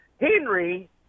Henry